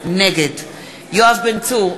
נגד יואב בן צור,